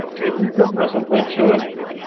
ٹھیٖکٕے چھُکھ اَصٕل پٲٹھۍ چھِوٕ